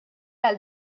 għal